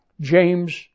James